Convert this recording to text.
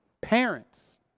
Parents